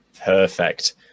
perfect